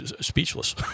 speechless